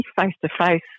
face-to-face